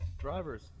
drivers